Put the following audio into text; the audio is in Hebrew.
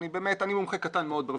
באמת אני מומחה קטן מאוד ברפואה,